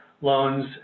loans